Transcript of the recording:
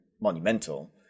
monumental